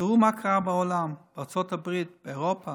תראו מה קרה בעולם, בארצות הברית, באירופה,